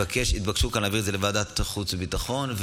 ביקשו כאן להעביר את זה לוועדת החוץ והביטחון,